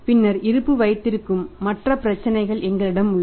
பின்னர் இருப்பு வைத்திருக்கும் மற்ற பிரச்சினைகள் எங்களிடம் உள்ளன